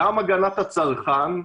גם הגנת הצרכן,